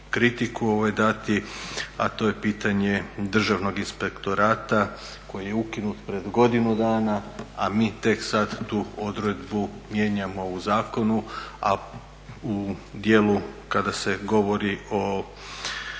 kritiku dati, a to je pitanje državnog inspektorata koji je ukinut pred godinu dana, a mi tek sad tu odredbu mijenjamo u zakonu, a u djelu kada se govori o